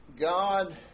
God